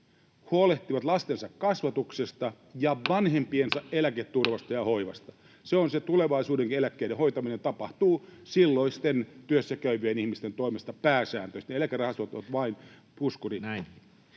huolehtivat lastensa kasvatuksesta ja vanhempiensa eläketurvasta ja hoivasta. Tulevaisuudenkin eläkkeiden hoitaminen tapahtuu silloisten työssäkäyvien ihmisten toimesta, pääsääntöisesti. Eläkerahastot ovat vain puskuri.